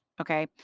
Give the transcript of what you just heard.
Okay